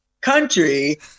country